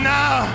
now